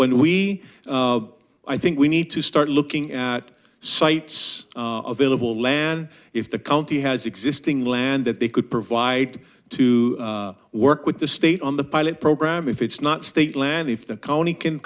when we i think we need to start looking at sites available land if the county has existing land that they could provide to work with the state on the pilot program if it's not state land if the county can